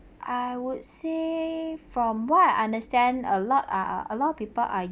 I would say from what I understand a lot are are a lot of people I